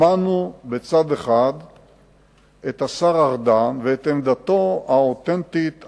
שמענו בצד אחד את השר ארדן ואת עמדתו האותנטית,